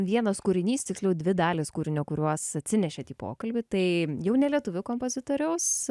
vienas kūrinys tiksliau dvi dalys kūrinio kuriuos atsinešėt į pokalbį tai jau ne lietuvių kompozitoriaus